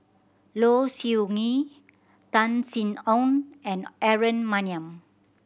Low Siew Nghee Tan Sin Aun and Aaron Maniam